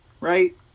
right